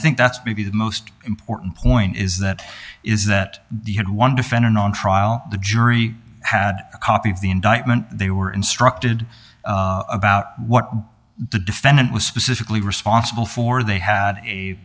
think that's maybe the most important point is that is that the one defendant on trial the jury had a copy of the indictment they were instructed about what the defendant was specifically responsible for they had a